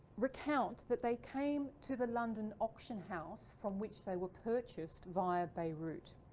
recount that they came to the london auction house from which they were purchased via beirut.